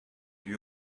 due